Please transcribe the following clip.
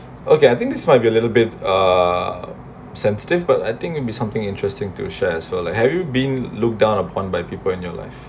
okay I think this might be a little bit uh sensitive but I think it'll be something interesting to share as well like have you been looked down upon by people in your life